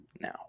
now